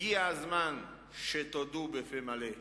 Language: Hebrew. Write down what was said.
הגיע הזמן שתודו בפה מלא: